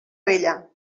vella